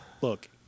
look